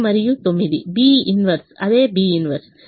B 1 అదే B 1